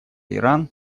иран